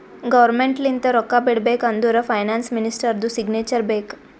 government ಲಿಂತ ರೊಕ್ಕಾ ಬಿಡ್ಬೇಕ ಅಂದುರ್ ಫೈನಾನ್ಸ್ ಮಿನಿಸ್ಟರ್ದು ಸಿಗ್ನೇಚರ್ ಬೇಕ್